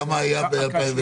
כמה היה ב-2019?